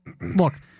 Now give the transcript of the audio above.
Look